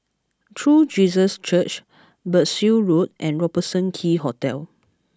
True Jesus Church Berkshire Road and Robertson Quay Hotel